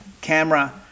camera